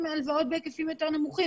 בהיקפים יותר נמוכים.